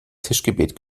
tischgebet